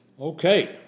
Okay